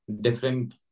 different